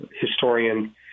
historian